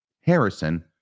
Harrison